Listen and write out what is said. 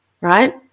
right